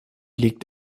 liegt